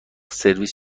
سرویس